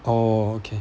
oh okay